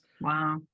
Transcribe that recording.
Wow